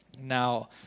now